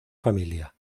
familia